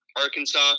Arkansas